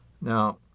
Now